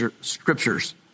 scriptures